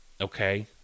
okay